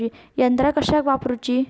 यंत्रा कशाक वापुरूची?